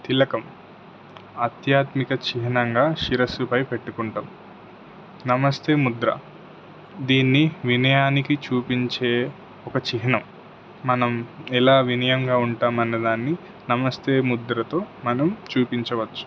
తిలకం అధ్యాత్మిక చిహ్నంగా శిరస్సుపై పెట్టుకుంటాం నమస్తే ముద్ర దీన్ని వినయానికి చూపించే ఒక చిహ్నం మనం ఎలా వినియంగా ఉంటామన్నదాన్ని నమస్తే ముద్రతో మనం చూపించవచ్చు